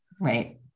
right